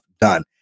done